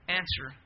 answer